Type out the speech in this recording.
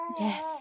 Yes